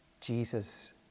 Jesus